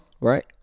right